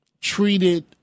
treated